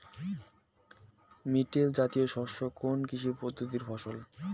Millet জাতীয় শস্য কোন কৃষি পদ্ধতির ফসল?